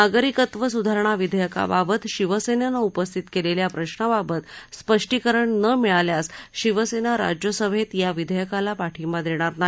नागरिकत्व सुधारणा विधेयकाबाबत शिवसेनेनं उपस्थित केलेल्या प्रश्नाबाबत स्पष्टीकरण न मिळाल्यास शिवसेना राज्यसभेत या विधेयकाला पाठिंबा देणार नाही